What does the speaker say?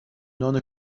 نان